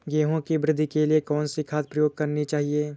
गेहूँ की वृद्धि के लिए कौनसी खाद प्रयोग करनी चाहिए?